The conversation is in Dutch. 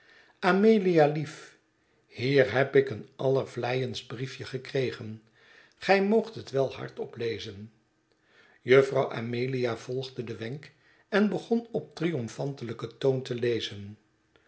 amelia lief trier heb ik een allervleiendst briefje gekregen gij moogt het wel hardop lezen juffrouw amelia volgde den wenk en begon op triomfantelijken toon te lezen